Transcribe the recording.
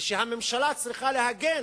וכשהממשלה צריכה להגן